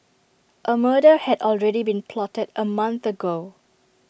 A murder had already been plotted A month ago